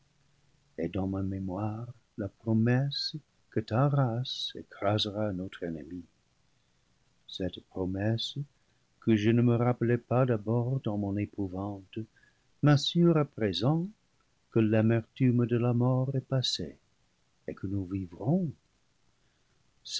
et dans ma mémoire la promesse que ta race écrasera notre ennemi cette promesse que je ne me rappelai pas d'abord dans mon épouvante m'assure à présent que l'amertume de la mort est passée et que nous vivrons